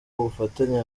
ubufatanye